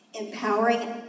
empowering